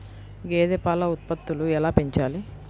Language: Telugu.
గేదె పాల ఉత్పత్తులు ఎలా పెంచాలి?